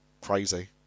crazy